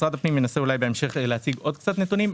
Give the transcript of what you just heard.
משרד הפנים אולי ינסה בהמשך להציג עוד קצת נתונים.